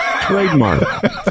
trademark